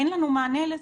אין לנו מענה לזה.